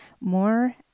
more